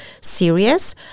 serious